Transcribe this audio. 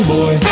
Boy